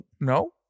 No